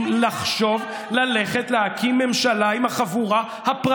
הקסאם הראשון נורה על